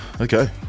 Okay